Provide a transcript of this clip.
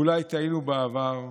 אולי טעינו בעבר,